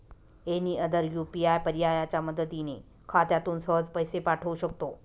any other UPI पर्यायाच्या मदतीने खात्यातून सहज पैसे पाठवू शकतो